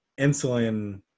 insulin